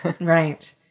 Right